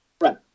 Right